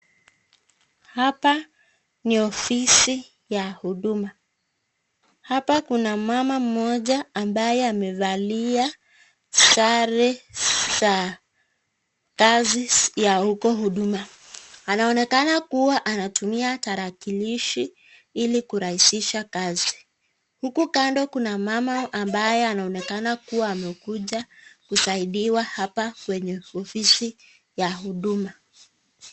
Hapa ni ofisi ya huduma. Hapa kuna mama mmoja ambaye amevalia sare za kazi ya huko huduma. Anaonekana kuwa anatumia tarakilishi ili kurahisisha kazi . Huku kando kuna mama ambaye anaonekana kuwa amekuja kusadiwa hapa kwenye ofisi ya huduma.